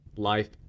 Life